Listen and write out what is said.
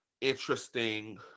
interesting